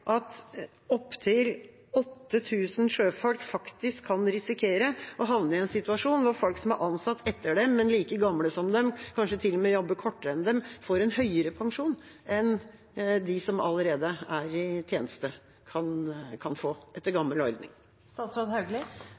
at opptil 8 000 sjøfolk faktisk kan risikere å havne i en situasjon hvor folk som er ansatt etter dem, men som er like gamle, og som kanskje til og med jobber i kortere tid enn dem, får en høyere pensjon enn det de som allerede er i tjeneste, kan få, etter gammel